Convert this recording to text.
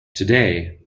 today